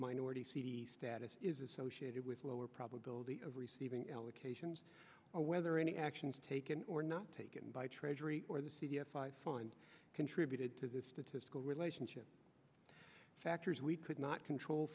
minority c t status is associated with lower probability of receiving allocations or whether any actions taken or not taken by treasury or the c f i find contributed to the statistical relationship factors we could not control